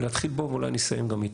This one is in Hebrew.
להתחיל בו ואולי אני אסיים גם איתו.